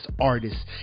artists